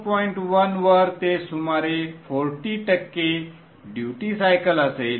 1 वर ते सुमारे 40 टक्के ड्युटी सायकल असेल